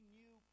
new